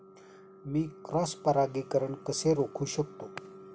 मी cross परागीकरण कसे रोखू शकतो?